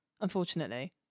unfortunately